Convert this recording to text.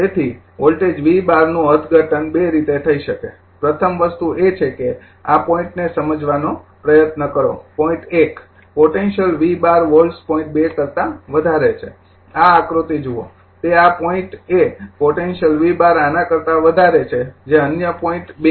તેથી વોલ્ટેજ V૧૨ નું અર્થઘટન બે રીતે થઈ શકે છે પ્રથમ વસ્તુ એ છે કે આ પોઈન્ટને સમજવાનો પ્રયત્ન કરો પોઈન્ટ ૧ પોટેન્સીયલ V૧૨ વોલ્ટસ પોઈન્ટ ૨ કરતા વધારે છે આ આકૃતિ જુઓ તે આ પોઈન્ટએ પોટેન્સીયલ V૧૨ આના કરતા વધારે છે જે અન્ય પોઈન્ટ ૨